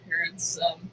parents